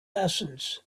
lessons